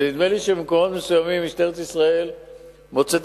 ונדמה לי שבמקומות מסוימים משטרת ישראל מוצאת